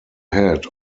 head